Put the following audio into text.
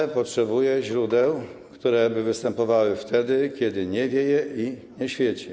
OZE potrzebuje źródeł, które by występowały wtedy, kiedy nie wieje i nie świeci.